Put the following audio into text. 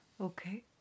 Okay